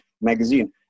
magazine